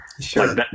Sure